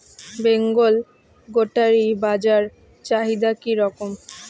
বেঙ্গল গোটারি বাজার চাহিদা কি রকম?